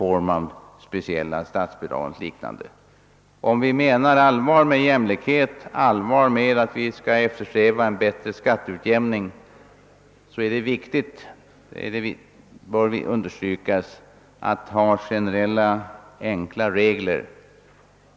Om vi menar allvar med vårt tal om jämlikhet, allvar med att vi skall eftersträva en bättre skatteutjämning, är det viktigt — det bör understrykas — att vi har generella, enkla regler.